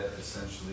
essentially